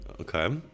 Okay